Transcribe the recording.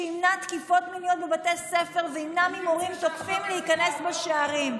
שימנע תקיפות מיניות בבתי ספר וימנע ממורים תוקפים להיכנס בשערים.